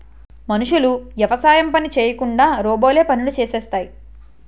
మనుషులు యవసాయం పని చేయకుండా రోబోలే పనులు చేసేస్తాయి